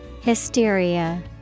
Hysteria